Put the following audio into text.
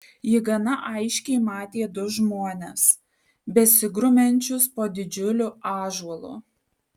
ji gana aiškiai matė du žmones besigrumiančius po didžiuliu ąžuolu